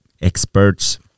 experts